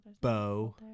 Bo